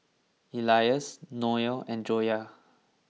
Elyas Noh and Joyah